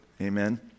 Amen